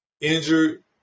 injured